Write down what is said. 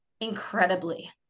incredibly